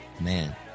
man